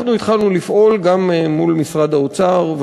אנחנו התחלנו לפעול גם אל מול משרד האוצר.